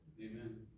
Amen